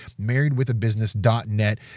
marriedwithabusiness.net